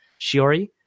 shiori